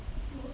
no